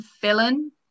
villain